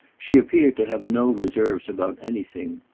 she appeared to have no reserves about anything.